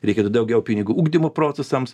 reikėtų daugiau pinigų ugdymo procesams